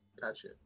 Gotcha